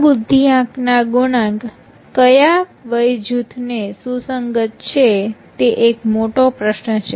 આ બુદ્ધિઆંક ના ગુણાંક ક્યાં વય જૂથ ને સુસંગત છે તે એક મોટો પ્રશ્ન છે